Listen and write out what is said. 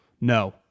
No